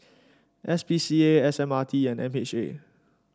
S P C A S M R T and M H A